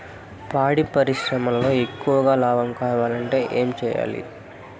పాడి పరిశ్రమలో ఎక్కువగా లాభం కావాలంటే ఏం చేయాలి?